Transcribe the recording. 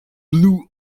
blue